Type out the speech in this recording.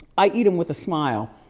i eat em with a smile,